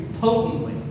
potently